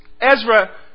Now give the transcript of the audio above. Ezra